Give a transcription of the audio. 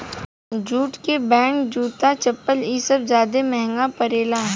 jute के bag, जूता, चप्पल इ सब ज्यादे महंगा परेला